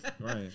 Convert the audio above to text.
Right